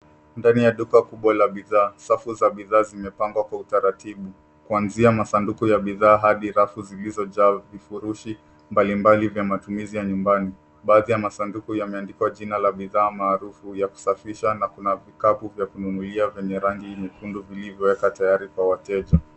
Ndani ya duka kubwa lililokuwa limejaa bidhaa, rafu za bidhaa zimepangwa kwa utaratibu. Kila sanduku la bidhaa limepakiwa kwa nadhifu. Mbali mbali kuna bidhaa za matumizi ya nyumbani. Baadhi ya masanduku yameandikwa jina la bidhaa au aina ya bidhaa za kusafisha, na kuna sehemu ya kununua bidhaa mpya kwa wateja.